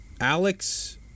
Alex